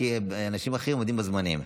כי אנשים אחרים עומדים בזמנים.